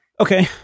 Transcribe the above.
Okay